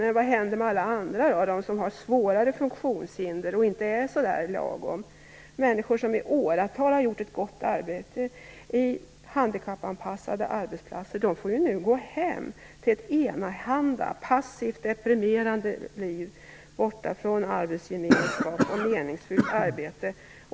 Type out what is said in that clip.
Men vad händer med alla andra som har svårare funktionshinder och inte är så där lagom? Människor som i åratal har gjort ett gott arbete på handikappanpassade arbetsplatser får nu gå hem till ett enahanda, passivt och deprimerande liv borta från arbetsgemenskap och meningsfyllt arbete.